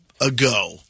ago